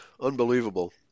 Unbelievable